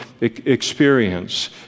experience